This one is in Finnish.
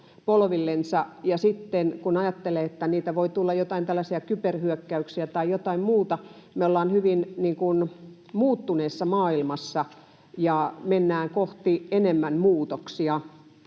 ja sitten kun ajattelee, että voi tulla joitain tällaisia kyberhyökkäyksiä tai jotain muuta, me ollaan hyvin muuttuneessa maailmassa ja mennään kohti enemmän muutoksia.